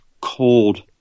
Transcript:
cold